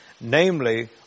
Namely